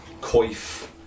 coif